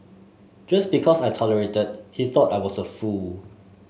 just because I tolerated he thought I was a fool